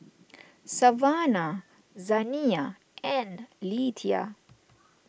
Savanna Zaniyah and Lethia